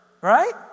right